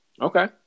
Okay